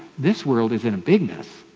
this world is in a big mess.